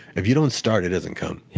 if you don't start, it doesn't come.